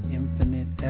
infinite